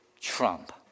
Trump